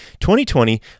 2020